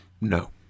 No